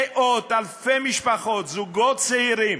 למאות-אלפי משפחות, זוגות צעירים,